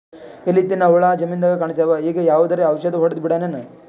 ಎಲಿ ತಿನ್ನ ಹುಳ ಜಮೀನದಾಗ ಕಾಣಸ್ಯಾವ, ಈಗ ಯಾವದರೆ ಔಷಧಿ ಹೋಡದಬಿಡಮೇನ?